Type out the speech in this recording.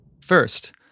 First